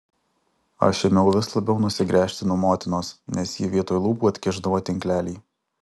aš ėmiau vis labiau nusigręžti nuo motinos nes ji vietoj lūpų atkišdavo tinklelį